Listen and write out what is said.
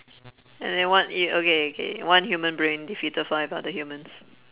ya they one yo~ okay okay one human brain defeated five other humans